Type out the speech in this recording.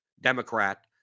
Democrat